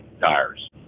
tires